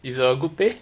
it's a good pay